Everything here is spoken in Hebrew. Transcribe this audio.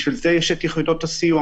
בשביל זה יש את יחידות הסיוע.